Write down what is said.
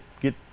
get